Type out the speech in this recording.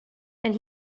and